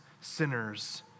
sinners